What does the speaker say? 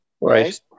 right